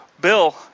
Bill